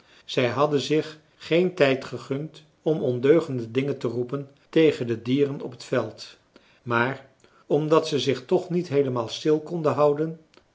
zij hadden zich geen tijd gegund om ondeugende dingen te roepen tegen de dieren op het veld maar omdat ze zich toch niet heelemaal stil konden houden